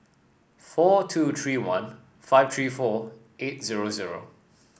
four two three one five three four eight zero zero